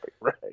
right